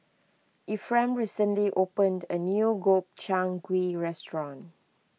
Efrem recently opened a new Gobchang Gui restaurant